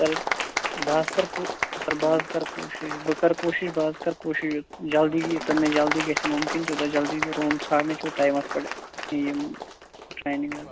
سَر بہٕ حظ کَرٕ کوٗ سَر بہٕ حظ کَرٕ کوٗشِش بہٕ کَرٕ کوٗشِش بہٕ حظ کَرٕ کوٗشِش جَلدی ییٖژہَن مےٚ جَلدی گَژھِ مُمکِن تیٛوٗتاہ جَلدی روٗم ژھانٛڈنٕچ یُتھ ٹایمَس پیٚٹھ یِمہٕ ٹرٛینِنٛگ حظ